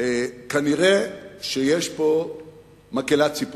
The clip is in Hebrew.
כנראה יש פה מקהלת ציפורים,